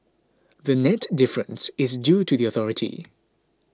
the net difference is due to the authority